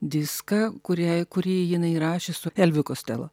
diską kuriai kurį jinai įrašė su elviu kostelo